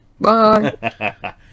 bye